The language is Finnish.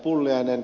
pulliainen